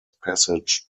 passage